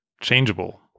changeable